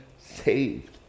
saved